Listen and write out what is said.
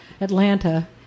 Atlanta